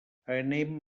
anem